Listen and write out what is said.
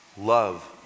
love